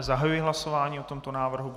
Zahajuji hlasování o tomto návrhu.